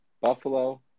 Buffalo